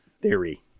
Theory